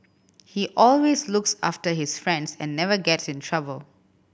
he always looks after his friends and never gets in trouble